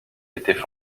étaient